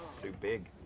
too big.